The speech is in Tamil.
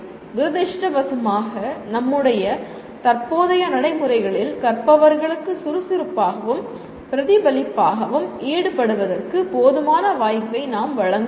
துரதிர்ஷ்டவசமாக நம்முடைய தற்போதைய நடைமுறைகளில் கற்பவர்களுக்கு சுறுசுறுப்பாகவும் பிரதிபலிப்பாகவும் ஈடுபடுவதற்கு போதுமான வாய்ப்பை நாம் வழங்கவில்லை